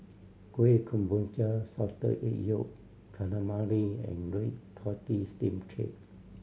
Kueh Kemboja Salted Egg Yolk Calamari and red tortoise steamed cake